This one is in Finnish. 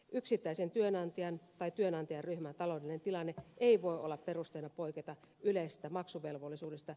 yksittäisen työnantajan tai työnantajaryhmän taloudellinen tilanne ei voi olla perusteena poiketa yleisestä maksuvelvollisuudesta